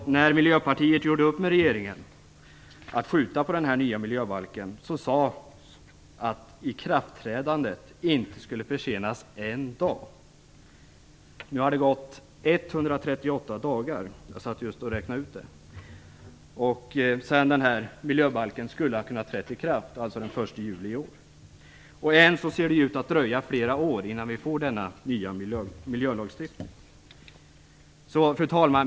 När Miljöpartiet gjorde upp med regeringen om att skjuta på den nya miljöbalken sade man att ikraftträdandet inte skulle försenas en dag. Nu har det gått 138 dagar - jag räknade just ut det - sedan den här miljöbalken skulle ha kunnat träda i kraft, den 1 juli i år. Än ser det ut att dröja flera år innan vi får denna nya miljölagstiftning. Fru talman!